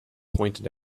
pointed